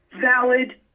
valid